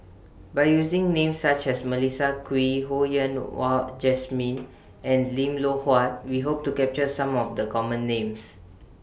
By using Names such as Melissa Kwee Ho Yen Wah Jesmine and Lim Loh Huat We Hope to capture Some of The Common Names